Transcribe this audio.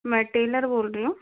मैं टेलर बोल रही हूँ